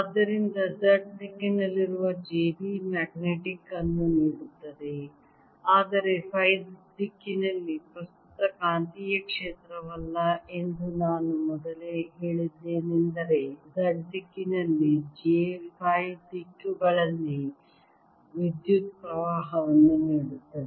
ಆದ್ದರಿಂದ z ದಿಕ್ಕಿನಲ್ಲಿರುವ j B magnetic ಅನ್ನು ನೀಡುತ್ತದೆ ಆದರೆ ಫೈ ದಿಕ್ಕಿನಲ್ಲಿ ಪ್ರಸ್ತುತ ಕಾಂತೀಯ ಕ್ಷೇತ್ರವಲ್ಲ ಎಂದು ನಾನು ಮೊದಲೇ ಹೇಳಿದ್ದೇನೆಂದರೆ z ದಿಕ್ಕಿನಲ್ಲಿ j ಫೈ ದಿಕ್ಕುಗಳಲ್ಲಿ ವಿದ್ಯುತ್ ಪ್ರವಾಹವನ್ನು ನೀಡುತ್ತದೆ